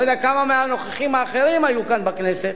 לא יודע כמה מהנוכחים האחרים היו כאן בכנסת,